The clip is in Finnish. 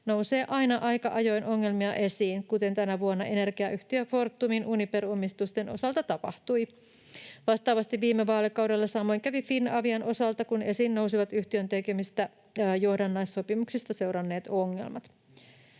nousee aina aika ajoin ongelmia esiin, kuten tänä vuonna energiayhtiö Fortumin Uniper-omistusten osalta tapahtui. Vastaavasti viime vaalikaudella samoin kävi Finavian osalta, kun esiin nousivat yhtiön tekemistä johdannaissopimuksista seuranneet ongelmat.